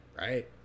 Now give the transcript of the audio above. Right